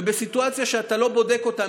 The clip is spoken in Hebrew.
ובסיטואציה שאתה לא בודק אותם,